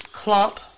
Clump